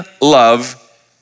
love